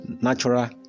natural